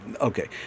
Okay